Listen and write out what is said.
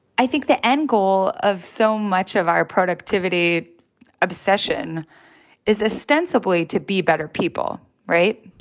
i think the end goal of so much of our productivity obsession is ostensibly to be better people, right?